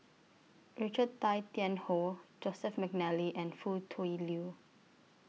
Richard Tay Tian Hoe Joseph Mcnally and Foo Tui Liew